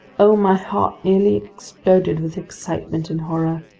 oh, my heart nearly exploded with excitement and horror!